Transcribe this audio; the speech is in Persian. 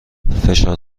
فشار